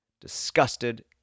Disgusted